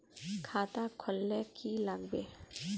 खाता खोल ले की लागबे?